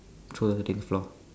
throw the floor